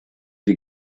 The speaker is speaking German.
die